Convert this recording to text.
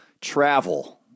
travel